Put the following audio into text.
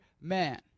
man